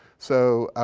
so